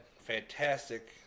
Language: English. fantastic